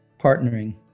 partnering